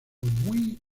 muy